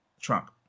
Trump